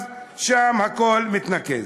אז לשם הכול מתנקז.